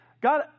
God